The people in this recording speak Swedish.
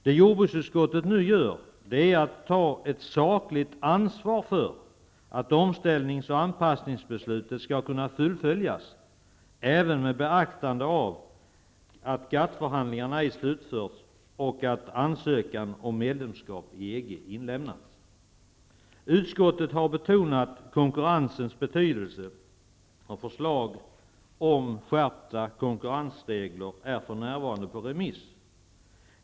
Det jordbruksutskottet nu gör är att ta ett sakligt ansvar för att omställnings och anpassningsbesluten skall kunna fullföljas även med beaktande av att GATT-förhandlingarna ej slutförts och att ansökan om medlemskap i EG Utskottet har betonat konkurrensens betydelse, och förslag om skärpta konkurrensregler är för närvarande på remiss.